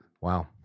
Wow